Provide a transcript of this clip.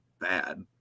bad